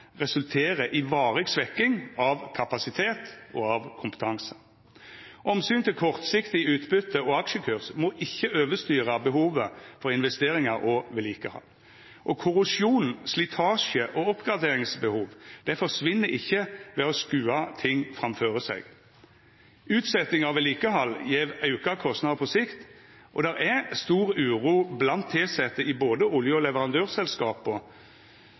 resulterer i varig svekking av kapasitet og kompetanse. Omsynet til kortsiktig utbyte og aksjekurs må ikkje overstyra behovet for investeringar og vedlikehald. Korrosjon, slitasje og oppgraderingsbehov forsvinn ikkje ved å skuva ting framføre seg. Utsetjing av vedlikehald gjev auka kostnader på sikt, og det er stor uro blant dei tilsette i både oljeselskapa og leverandørselskapa